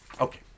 Okay